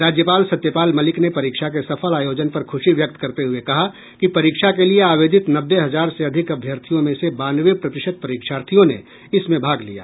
राज्यपाल सत्यपाल मलिक ने परीक्षा के सफल आयोजन पर खुशी व्यक्त करते हुए कहा कि परीक्षा के लिए आवेदित नब्बे हजार से अधिक अभ्यर्थियों में से बानवे प्रतिशत परीक्षार्थियों ने इसमें भाग लिया